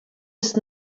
ist